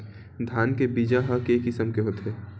धान के बीजा ह के किसम के होथे?